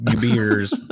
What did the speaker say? beers